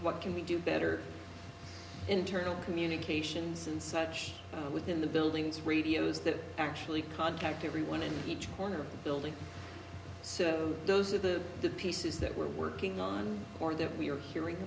what can we do better internal communications and search within the buildings radios that actually contact every one in each corner of the building so those are the pieces that we're working on or that we are hearing